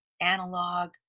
analog